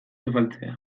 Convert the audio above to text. afaltzea